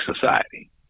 society